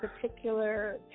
particular